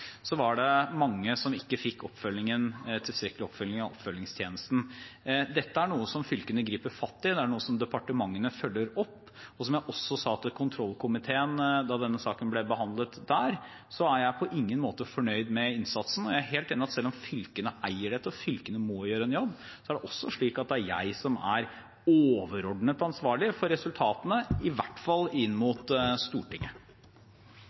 det er noe som departementene følger opp. Som jeg også sa til kontrollkomiteen da denne saken ble behandlet der, er jeg på ingen måte fornøyd med innsatsen. Jeg er helt enig i at selv om fylkene eier dette, og fylkene må gjøre en jobb, er det også slik at det er jeg som er overordnet ansvarlig for resultatene, i hvert fall overfor Stortinget.